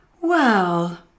Well